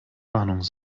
warnung